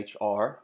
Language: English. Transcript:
HR